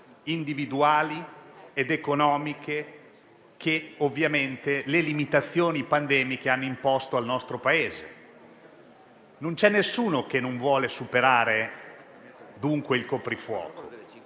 individuali ed economiche che ovviamente la pandemia ha imposto al nostro Paese. Non c'è nessuno che non vuole superare dunque il coprifuoco.